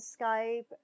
Skype